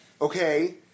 Okay